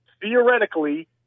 theoretically